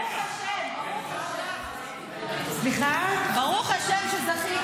ברוך השם, ברוך השם שזכיתי.